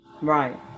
right